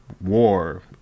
war